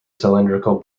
cylindrical